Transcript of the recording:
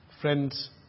Friends